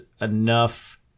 enough